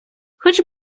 хоч